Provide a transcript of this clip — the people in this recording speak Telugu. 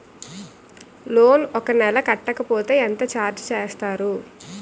లోన్ ఒక నెల కట్టకపోతే ఎంత ఛార్జ్ చేస్తారు?